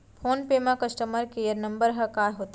Phone पे म customer care number ह का होथे?